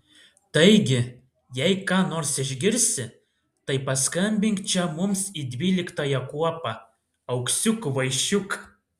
taigi jei ką nors išgirsi tai paskambink čia mums į dvyliktąją kuopą auksiuk kvaišiuk